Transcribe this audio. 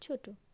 ছোটো